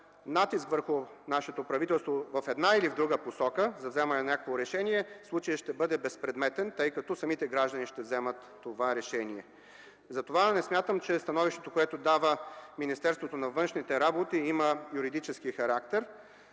натиск върху нашето правителство в една или друга посока за вземане на някакво решение в случая ще бъде безпредметен, тъй като самите граждани ще вземат това решение. Затова не смятам, че становището, което дава Министерството на външните работи, има юридически характер.